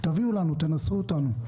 תביאו לנו, תנסו אותנו.